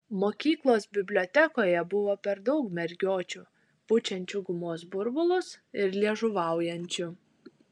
mokyklos bibliotekoje buvo per daug mergiočių pučiančių gumos burbulus ir liežuvaujančių